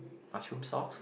mushroom sauce